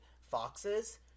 foxes